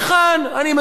אני משלם.